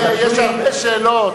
יש הרבה שאלות,